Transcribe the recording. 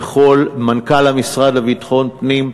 מנכ"ל המשרד לביטחון פנים,